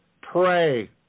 pray